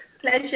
Pleasure